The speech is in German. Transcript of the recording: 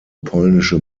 polnische